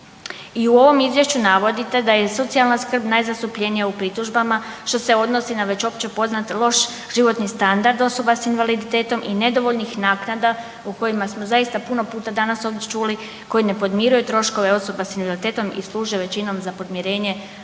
I u ovom izvješću navodite da je socijalna skrb najzastupljenija u pritužbama što se odnosi na već opće poznat loš životni standard osobe s invaliditetom i nedovoljnih naknada o kojima smo zaista puno puta danas ovdje čuli koji ne podmiruju troškove osobe s invaliditetom i služe većinom za podmirenje